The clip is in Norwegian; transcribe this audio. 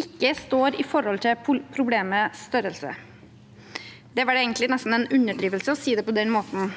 ikke står i forhold til problemets størrelse. Det er vel egentlig nesten en underdrivelse å si det på den måten,